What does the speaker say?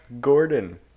Gordon